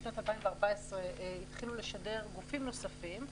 משנת 2014 התחילו לשדר גופים נוספים.